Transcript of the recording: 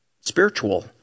spiritual